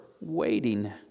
waiting